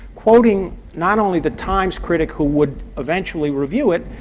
quoting not only the times critic who would eventually review it,